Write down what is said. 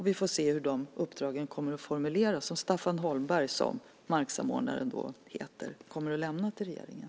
Vi får se hur de uppdrag kommer att formuleras som Staffan Holmberg, som marksamordnaren heter, kommer att lämna till regeringen.